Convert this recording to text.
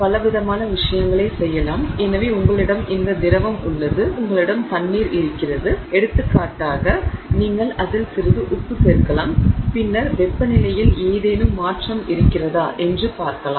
எனவே நீங்கள் பலவிதமான விஷயங்களைச் செய்யலாம் எனவே உங்களிடம் இந்த திரவம் உள்ளது உங்களிடம் தண்ணீர் இருக்கிறது எடுத்துக்காட்டாக நீங்கள் அதில் சிறிது உப்பு சேர்க்கலாம் பின்னர் வெப்பநிலையில் ஏதேனும் மாற்றம் இருக்கிறதா என்று பார்க்கலாம்